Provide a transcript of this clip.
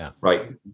right